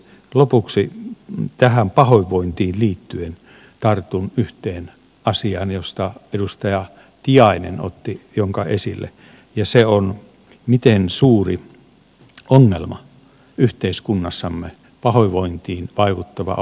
lopuksi tähän pahoinvointiin liittyen tartun yhteen asiaan jonka edustaja tiainen otti esille ja se on se miten suuri ongelma yhteiskunnassamme pahoinvointiin vaikuttava ongelma on alkoholi